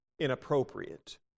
inappropriate